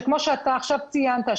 שכמו שאתה עכשיו ציינת,